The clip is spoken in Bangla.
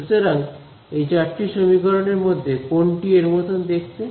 সুতরাং এই চারটি সমীকরণ এর মধ্যে কোনটি এর মত দেখতে